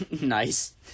nice